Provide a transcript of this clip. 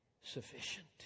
sufficient